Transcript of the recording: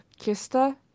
Kista